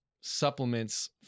supplements